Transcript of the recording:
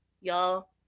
y'all